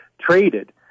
traded